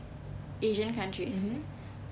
asian countries